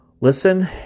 listen